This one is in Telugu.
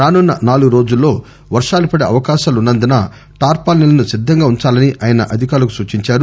రానున్న నాలుగు రోజుల్లో వర్షాలు పడే అవకాశాలు ఉన్నందున టార్పాలిన్లను సిద్ధంగా ఉందాలని ఆయన అధికారులకు సూచించారు